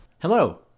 Hello